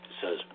says